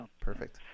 perfect